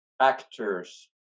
Actors